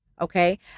okay